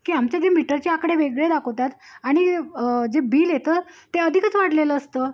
की आमच्या ज मीटरचे आकडे वेगळे दाखवतात आणि जे बिल येतं ते अधिकच वाढलेलं असतं